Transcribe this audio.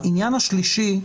העניין השלישי,